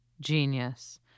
genius